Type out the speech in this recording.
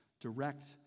direct